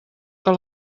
que